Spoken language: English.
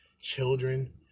children